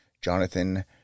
Jonathan